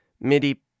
MIDI